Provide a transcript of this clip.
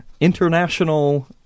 international